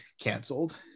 canceled